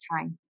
time